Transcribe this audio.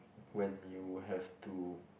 when you have to